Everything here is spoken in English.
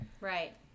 Right